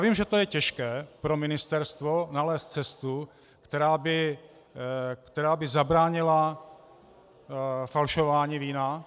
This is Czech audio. Vím, že je těžké pro ministerstvo nalézt cestu, která by zabránila falšování vína.